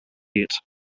geht